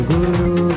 Guru